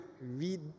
read